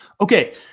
Okay